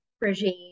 regime